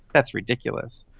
that's ridiculous.